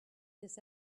this